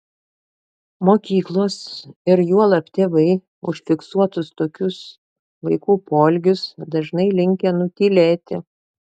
mokyklos ir juolab tėvai užfiksuotus tokius vaikų poelgius dažnai linkę nutylėti